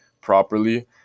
properly